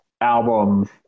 album